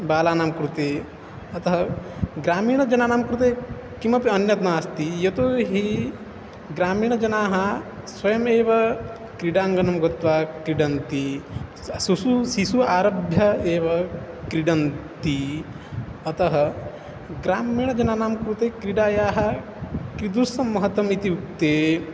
बालानां कृते अतः ग्रामीणजनानां कृते किमपि अन्यत् नास्ति यतोहि ग्रामीणजनाः स्वयमेव क्रीडाङ्गनं गत्वा क्रीडन्ति शिशुः शिशुः आरभ्य एव क्रीडन्ति अतः ग्रामीणजनानां कृते क्रीडायाः कीदृशं महत्वम् इति उक्ते